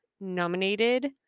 nominated